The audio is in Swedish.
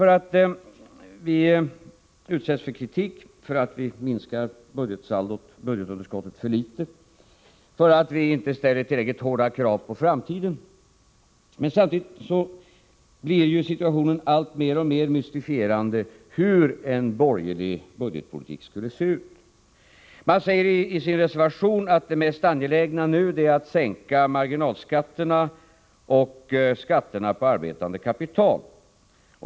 Vi utsätts i regeringen för kritik för att vi minskar budgetunderskottet för litet, för att vi inte ställer tillräckligt hårda krav på framtiden. Men samtidigt blir situationen alltmer mystifierande i fråga om hur en borgerlig budgetpolitik skulle se ut. De borgerliga säger i sin reservation att det mest angelägna nu är att sänka marginalskatterna och skatterna på arbetande kapital.